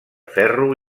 ferro